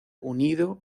unido